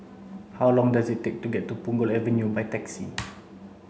how long does it take to get to Punggol Avenue by taxi